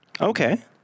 Okay